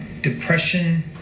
depression